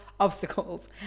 obstacles